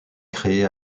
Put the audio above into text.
créée